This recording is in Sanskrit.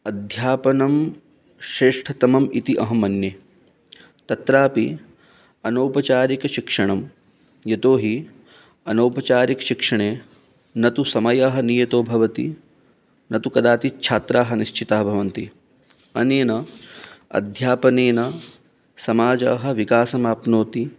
अध्यापनं श्रेष्ठतमम् इति अहं मन्ये तत्रापि अनौपचारिकशिक्षणं यतोऽहि अनौपचारिक् शिक्षणे न तु समयः नियतो भवति न तु कदाचित् छात्राः निश्चिताः भवन्ति अनेन अध्यापनेन समाजः विकासमाप्नोति